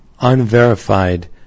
unverified